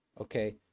Okay